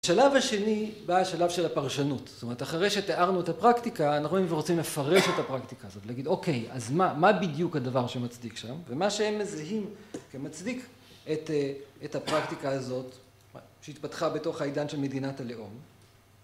בשלב השני, בא השלב של הפרשנות, זאת אומרת אחרי שתיארנו את הפרקטיקה, אנחנו רואים ורוצים לפרש את הפרקטיקה הזאת, להגיד אוקיי, אז מה בדיוק הדבר שמצדיק שם, ומה שהם מזהים כמצדיק את הפרקטיקה הזאת, שהתפתחה בתוך העידן של מדינת הלאום